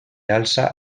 alça